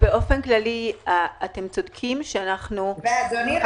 באופן כללי אתם צודקים שאנחנו --- אדוני,